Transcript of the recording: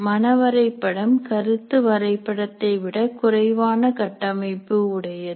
மனவரைபடம் கருத்து வரைபடத்தை விட குறைவான கட்டமைப்பு உடையது